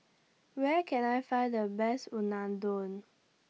Where Can I Find The Best Unadon